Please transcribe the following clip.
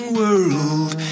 world